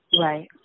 Right